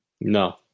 No